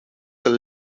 zijn